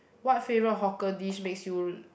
what favourite hawker dish makes you